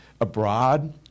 abroad